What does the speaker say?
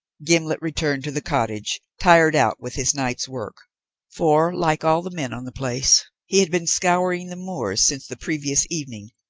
gimblet returned to the cottage, tired out with his night's work for, like all the men on the place, he had been scouring the moors since the previous evening,